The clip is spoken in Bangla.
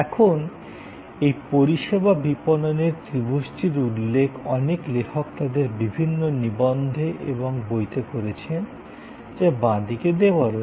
এখন এই পরিষেবা বিপণনের ত্রিভুজটির উল্লেখ অনেক লেখক তাদের বিভিন্ন নিবন্ধে এবং বইতে করেছেন যা বাঁ দিকে দেওয়া রয়েছে